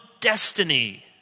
destiny